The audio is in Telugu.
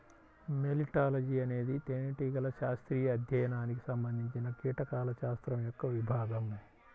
మెలిటాలజీఅనేది తేనెటీగల శాస్త్రీయ అధ్యయనానికి సంబంధించినకీటకాల శాస్త్రం యొక్క విభాగం